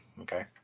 Okay